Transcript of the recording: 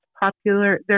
popular